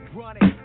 running